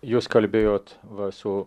jūs kalbėjote va su